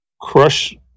crush